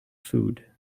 food